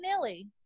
nilly